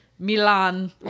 milan